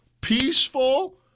Peaceful